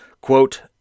Quote